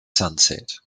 sunset